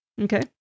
Okay